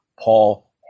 Paul